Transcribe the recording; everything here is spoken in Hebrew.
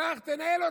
קח, תנהל אותה.